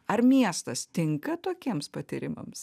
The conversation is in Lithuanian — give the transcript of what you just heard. ar miestas tinka tokiems patyrimams